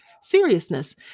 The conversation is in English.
seriousness